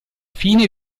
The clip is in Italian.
fine